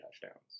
touchdowns